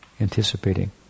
anticipating